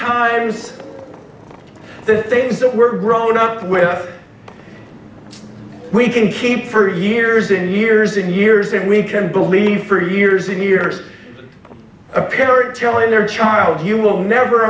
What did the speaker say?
times the things that were grown up where we can keep for years and years and years if we can believe for years and years a parent telling their child you will never